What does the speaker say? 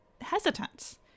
hesitant